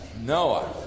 Noah